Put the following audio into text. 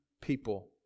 people